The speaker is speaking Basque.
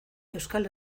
euskal